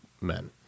men